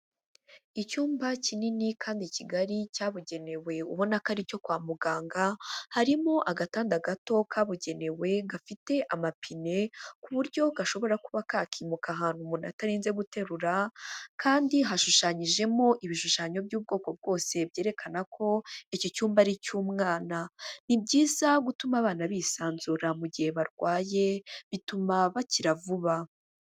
Icyumba kinini kandi kigari cyabugenewe ubona ko ari icyo kwa muganga, harimo agatanda gato kabugenewe gafite amapine ku buryo gashobora kuba kakimuka ahantu umuntu atarinze guterura kandi hashushanyijemo ibishushanyo by'ubwoko bwose byerekana ko icyo cyumba ari icy'umwana, ni byiza gutuma abana bisanzura mu gihe barwaye bituma bakira vuba.